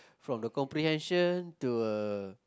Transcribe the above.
from the comprehension to a